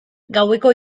gaueko